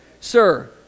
Sir